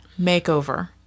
makeover